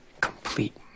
complete